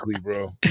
bro